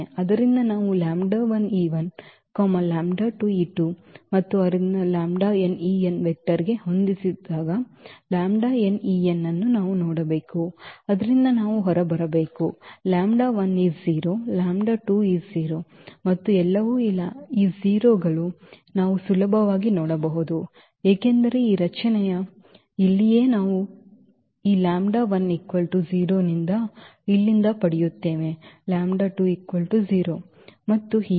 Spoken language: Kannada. ಆದ್ದರಿಂದ ನಾವು ಮತ್ತು ಆದ್ದರಿಂದ ವೆಕ್ಟರ್ಗೆ ಹೊಂದಿಸಿದಾಗ ಅನ್ನು ನಾವು ನೋಡಬೇಕು ಇದರಿಂದ ನಾವು ಹೊರಬರಬೇಕು is 0 ಮತ್ತು ಎಲ್ಲವೂ ಈ 0 ಗಳು ನಾವು ಸುಲಭವಾಗಿ ನೋಡಬಹುದು ಏಕೆಂದರೆ ಈ ರಚನೆಯ ಇಲ್ಲಿಯೇ ನಾವು ಈ ನಿಂದ ಇಲ್ಲಿಂದ ಪಡೆಯುತ್ತೇವೆ ಮತ್ತು ಹೀಗೆ